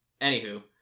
anywho